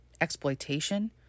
exploitation